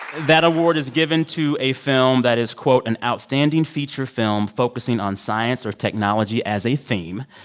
that award is given to a film that is, quote, an outstanding feature film focusing on science or technology as a theme.